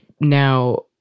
now